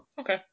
Okay